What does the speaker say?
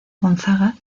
gonzaga